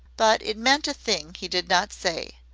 but it meant a thing he did not say.